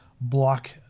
block